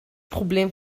problem